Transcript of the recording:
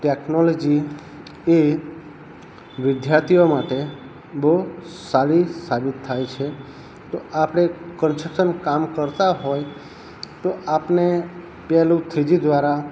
technology એ વિદ્યાર્થીઓ માટે બહુ સારી સાબિત થાય છે તો આપણે કંસ્ટ્રસન કામ કરતા હોય તો આપણે પેલું થ્રી જી દ્વારા